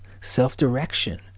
self-direction